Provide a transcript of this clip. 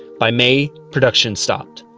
by may, production stopped.